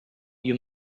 you